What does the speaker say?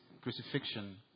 crucifixion